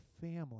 family